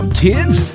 kids